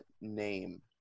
Name